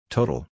Total